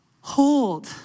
hold